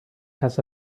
has